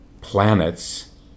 planets